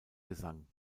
gesang